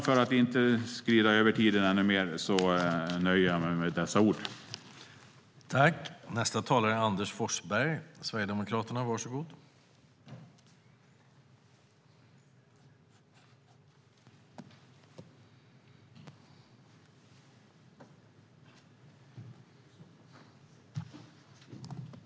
För att inte överskrida tiden ännu mer nöjer jag mig med dessa ord.